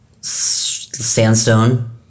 sandstone